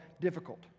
difficult